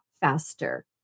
faster